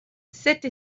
cette